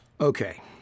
Okay